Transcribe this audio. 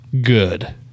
Good